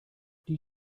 die